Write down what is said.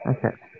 Okay